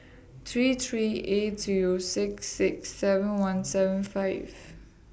three three eight Zero six six seven one seven five